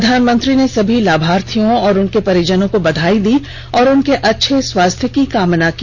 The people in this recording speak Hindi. प्रधानमंत्री ने सभी लाभार्थियों और उनके परिजनों को बधाई दी और उनके अच्छे स्वास्थ्य की कामना की